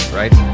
right